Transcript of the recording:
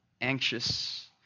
anxious